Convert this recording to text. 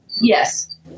Yes